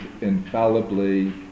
infallibly